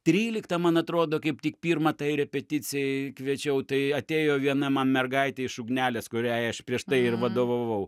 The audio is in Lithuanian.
tryliktą man atrodo kaip tik pirma tai repeticijai kviečiau tai atėjo viena man mergaitė iš ugnelės kuriai aš prieš tai ir vadovavau